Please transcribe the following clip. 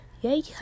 yay